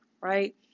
right